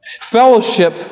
Fellowship